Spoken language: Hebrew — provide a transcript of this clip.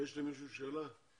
יש למישהו שאלות?